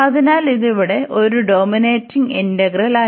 അതിനാൽ ഇത് ഇവിടെ ഒരു ഡോമിനേറ്റിങ് ഇന്റഗ്രലായിരുന്നു